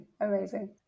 Amazing